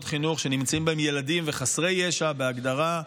חינוך שנמצאים בהם ילדים וחסרי ישע בהגדרה,